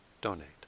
donate